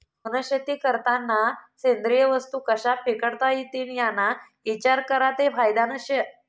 वनशेती करतांना सेंद्रिय वस्तू कशा पिकाडता इतीन याना इचार करा ते फायदानं शे